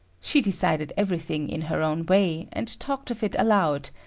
she decided everything in her own way, and talked of it aloud,